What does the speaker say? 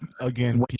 again